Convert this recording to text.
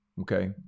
okay